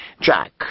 Jack